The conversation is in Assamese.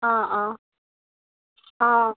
অঁ অঁ অঁ